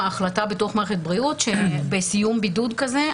ההחלטה בתוך מערכת הבריאות שבסיום בידוד כזה,